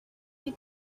you